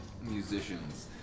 musicians